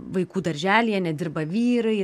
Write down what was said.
vaikų darželyje nedirba vyrai